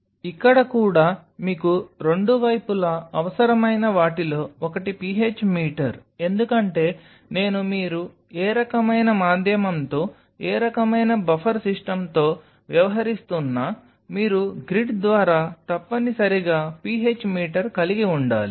ఇక్కడ కూడా మీకు రెండు వైపులా అవసరమైన వాటిలో ఒకటి PH మీటర్ ఎందుకంటే నేను మీరు ఏ రకమైన మాధ్యమంతో ఏ రకమైన బఫర్ సిస్టమ్తో వ్యవహరిస్తున్నా మీరు గ్రిడ్ ద్వారా తప్పనిసరిగా PH మీటర్ కలిగి ఉండాలి